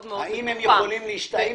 מאוד מאוד מתוחם.